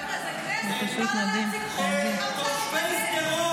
שתושבי שדרות,